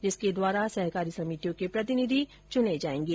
जिसके द्वारा सहकारी समितियों के प्रतिनिधि चुने जाएंगे